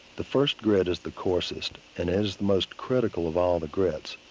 the first grit is the coarsest. and is the most critical of all the grits,